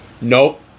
Nope